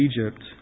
Egypt